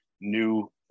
new